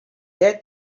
that